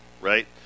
Right